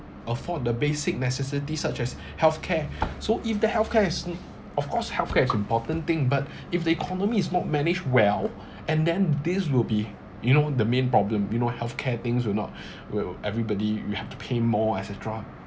afford the basic necessities such as healthcare so if the healthcare is of course healthcare important thing but if the economy is not managed well and then this will be you know the main problem you know healthcare things will not will everybody we have to pay more et cetera